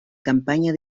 campaña